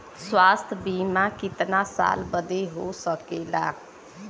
स्वास्थ्य बीमा कितना साल बदे हो सकेला?